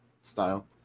style